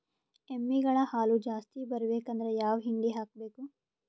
ಎಮ್ಮಿ ಗಳ ಹಾಲು ಜಾಸ್ತಿ ಬರಬೇಕಂದ್ರ ಯಾವ ಹಿಂಡಿ ಹಾಕಬೇಕು?